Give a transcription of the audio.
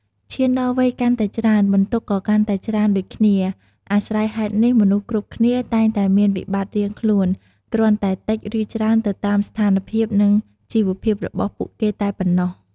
ឈានដល់វ័យកាន់ច្រើនបន្ទុកក៏កាន់តែច្រើនដូចគ្នា អាស្រ័យហេតុនេះមនុស្សគ្រប់គ្នាតែងតែមានវិបត្តិរៀងខ្លួន គ្រាន់តែតិច ឬច្រើនទៅតាមស្ថានភាពនិងជីវភាពរបស់ពួកគេតែប៉ុណ្ណោះ។